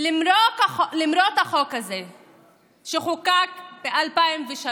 למרות החוק הזה שחוקק ב-2003,